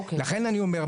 לכן אני אומר,